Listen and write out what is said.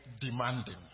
demanding